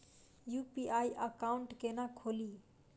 UPI account केना खोलि?